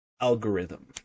algorithm